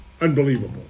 unbelievable